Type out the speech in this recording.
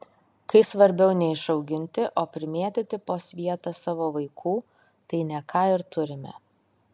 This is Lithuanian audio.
kai svarbiau ne išauginti o primėtyti po svietą savo vaikų tai ne ką ir turime